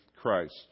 Christ